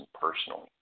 personally